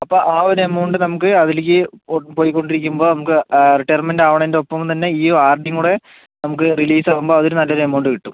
അപ്പോൾ ആ ഒരു എമൗണ്ട് നമുക്ക് അതിലേക്ക് പോയി കൊണ്ടിരിക്കുമ്പോൾ നമുക്ക് റിട്ടയർമെന്റ് ആവുന്നതിന്റെ ഒപ്പം തന്നെ ഈ ആർ ഡിയും കൂടെ നമുക്ക് റിലീസ് ആവുമ്പോൾ അത് നല്ലൊരു എമൗണ്ട് കിട്ടും